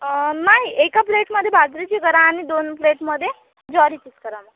नाही एका प्लेटमध्ये बाजरीची करा आणि दोन प्लेटमध्ये ज्वारीचीच करा मॅम